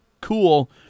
cool